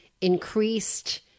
increased